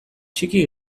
txiki